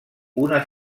una